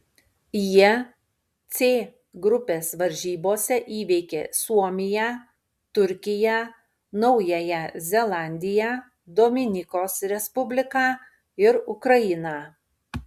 jie c grupės varžybose įveikė suomiją turkiją naująją zelandiją dominikos respubliką ir ukrainą